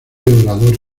orador